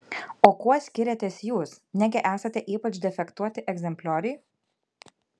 o kuo skiriatės jūs negi esate ypač defektuoti egzemplioriai